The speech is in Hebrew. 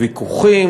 ויכוחים,